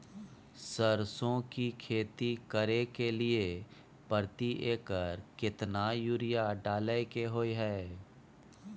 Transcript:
सरसो की खेती करे के लिये प्रति एकर केतना यूरिया डालय के होय हय?